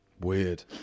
Weird